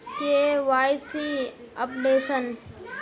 KYC updation?